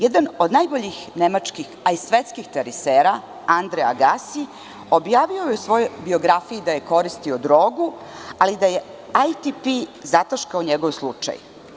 Jedan od najboljih nemačkih, a i svetskih tenisera Andre Agasi objavio je u svojoj biografiji da je koristio drogu, ali da je ATP zataškao njegov slučaj.